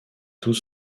tout